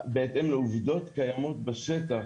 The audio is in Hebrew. בהתאם לעובדות קיימות בשטח,